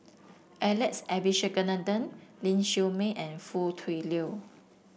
Alex Abisheganaden Ling Siew May and Foo Tui Liew